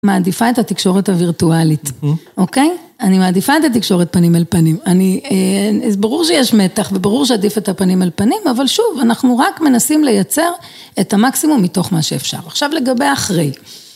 מעדיפה את התקשורת הווירטואלית, אוקיי? אני מעדיפה את התקשורת פנים אל פנים. אני... ברור שיש מתח וברור שעדיף את הפנים אל פנים, אבל שוב, אנחנו רק מנסים לייצר את המקסימום מתוך מה שאפשר. עכשיו לגבי אחרי.